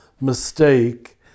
mistake